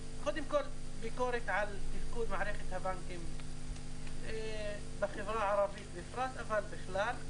קודם כל ביקורת על תפקוד מערכת הבנקים בחברה הערבית בפרט ובכלל.